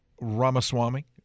Ramaswamy